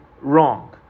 wrong